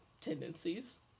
tendencies